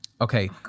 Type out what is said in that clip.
Okay